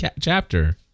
chapter